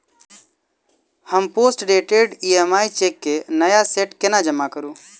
हम postdated EMI cheque केँ नया सेट केना जमा करू?